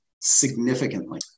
significantly